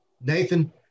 Nathan